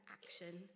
action